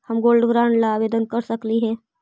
हम gold bond ला आवेदन कर सकली हे?